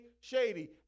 shady